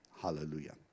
Hallelujah